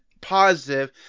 positive